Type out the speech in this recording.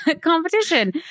competition